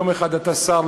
יום אחד אתה שר,